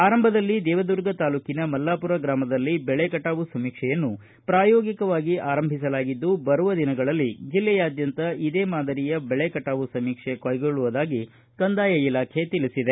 ಆರಂಭದಲ್ಲಿ ದೇವದುರ್ಗ ತಾಲೂಕಿನ ಮಲ್ಲಾಪೂರ ಗ್ರಾಮದಲ್ಲಿ ಬೆಳೆ ಕಟಾವು ಸಮೀಕ್ಷೆಯನ್ನು ಪ್ರಾಯೋಗಿಕವಾಗಿ ಆರಂಭಿಸಲಾಗಿದ್ದು ಬರುವ ದಿನಗಳಲ್ಲಿ ಜಿಲ್ಲೆಯಾದ್ಯಂತ ಇದೇ ಮಾದರಿಯ ಬೆಳೆ ಕಟಾವು ಸಮೀಕ್ಷೆ ಕೈಗೊಳ್ಳುವುದಾಗಿ ಕಂದಾಯ ಇಲಾಖೆ ತಿಳಿಸಿದೆ